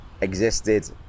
existed